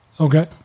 Okay